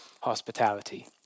hospitality